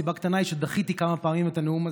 סיבה קטנה היא שדחיתי כמה פעמים את הנאום הזה.